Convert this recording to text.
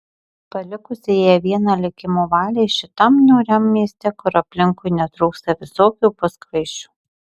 palikusi ją vieną likimo valiai šitam niūriam mieste kur aplinkui netrūksta visokių puskvaišių